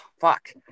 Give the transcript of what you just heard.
Fuck